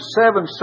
seven